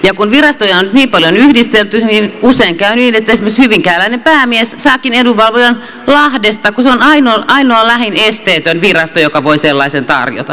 ja kun virastoja on nyt niin paljon yhdistelty usein käy niin että esimerkiksi hyvinkääläinen päämies saakin edunvalvojan lahdesta kun se on ainoa lähin esteetön virasto joka voi sellaisen tarjota